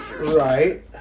Right